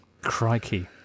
Crikey